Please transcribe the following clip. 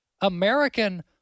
American